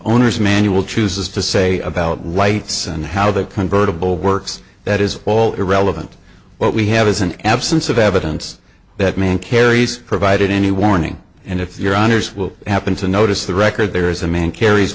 owner's manual chooses to say about whites and how that convertible works that is all irrelevant what we have is an absence of evidence that man carries provided any warning and if your honour's will happen to notice the record there is a man carries